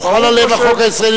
הוחל עליהם החוק הישראלי,